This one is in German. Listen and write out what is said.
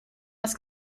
das